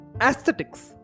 aesthetics